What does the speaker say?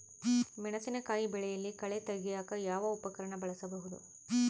ಮೆಣಸಿನಕಾಯಿ ಬೆಳೆಯಲ್ಲಿ ಕಳೆ ತೆಗಿಯಾಕ ಯಾವ ಉಪಕರಣ ಬಳಸಬಹುದು?